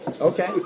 Okay